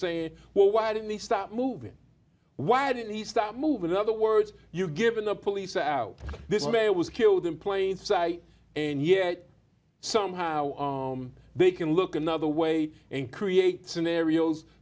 saying well why didn't he stop moving why did he start moving in other words you've given the police out this mayor was killed in plain sight and yet somehow they can look another way and create scenarios